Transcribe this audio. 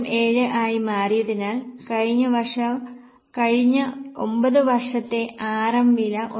07 ആയി മാറിയതിനാൽ കഴിഞ്ഞ 9 വർഷത്തെ RM വില 1